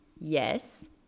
Yes